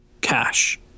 cash